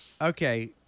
okay